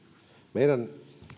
meidän